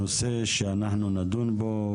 הנושא שאנחנו נדון בו,